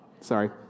sorry